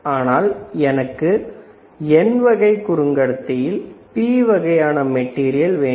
ஆனால் எனக்கு N வகை குறை கடத்தியில் P வகையான மெட்டீரியல் வேண்டும்